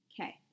Okay